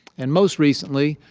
and most recently,